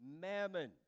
mammon